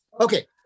Okay